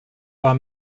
war